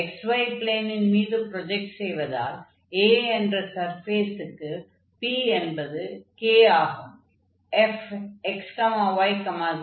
xy ப்ளேனின் மீது project செய்வதால் A என்ற சர்ஃபேஸுக்குச் p என்பது k ஆகும்